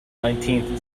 nineteenth